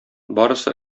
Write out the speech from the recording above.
барысы